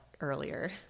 earlier